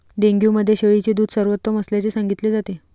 dengue मध्ये शेळीचे दूध सर्वोत्तम असल्याचे सांगितले जाते